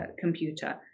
computer